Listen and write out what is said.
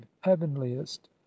heavenliest